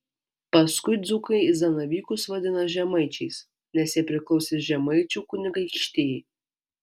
paskui dzūkai zanavykus vadina žemaičiais nes jie priklausė žemaičių kunigaikštijai